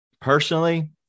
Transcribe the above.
Personally